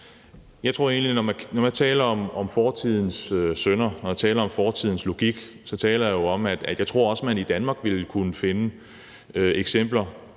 Kasper Roug (S): Når jeg taler om fortidens synder, når jeg taler om fortidens logik, taler jeg jo om, at jeg også tror, at man i Danmark ville kunne finde eksempler